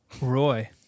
Roy